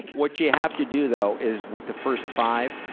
what you have to do, though, is with the first five,